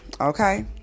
Okay